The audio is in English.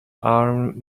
armed